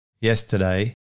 yesterday